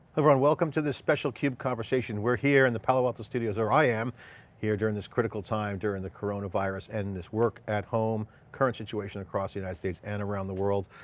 everyone, welcome to this special cube conversation. we're here in the palo alto studios, where i am here during this critical time during the corona virus and this work at home current situation across the united states and around the world.